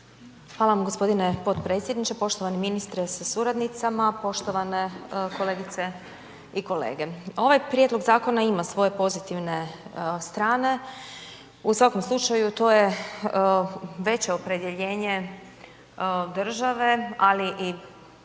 Hvala vam gospodine potpredsjedniče. Poštovani ministre sa suradnicama, poštovane kolegice i kolege. Ovaj prijedlog zakona ima svoje pozitivne strane u svakom slučaju to je veće opredjeljenje države, ali i do sada